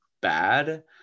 bad